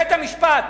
בית-המשפט,